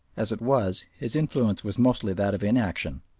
as it was, his influence was mostly that of inaction,